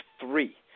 three